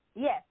Yes